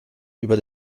über